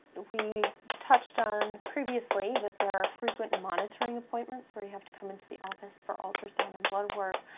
ah we touched on previously that there are frequent monitoring appointments where you have to come into the office for ultrasound and blood work,